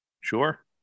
Sure